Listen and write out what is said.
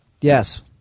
Yes